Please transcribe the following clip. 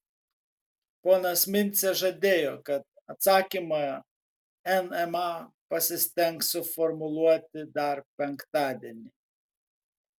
ponas mincė žadėjo kad atsakymą nma pasistengs suformuluoti dar penktadienį